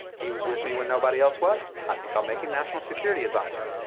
he was with me when nobody else was. i think i'll make him national security adviser.